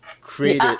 created